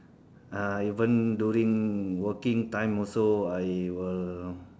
uh even during working time also I will